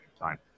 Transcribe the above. time